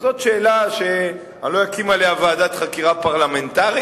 זאת שאלה שאני לא אקים עליה ועדת חקירה פרלמנטרית,